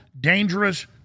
dangerous